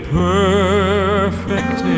perfect